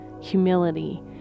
humility